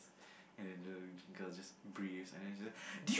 and then the girl just breathes and then she just do you